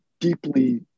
deeply